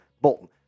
Bolton